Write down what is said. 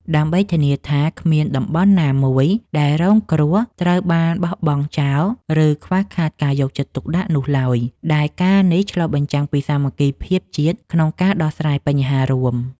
ដើម្បីធានាថាគ្មានតំបន់ណាមួយដែលរងគ្រោះត្រូវបានបោះបង់ចោល ឬខ្វះខាតការយកចិត្តទុកដាក់នោះឡើយ ដែលការណ៍នេះឆ្លុះបញ្ចាំងពីសាមគ្គីភាពជាតិក្នុងការដោះស្រាយបញ្ហារួម។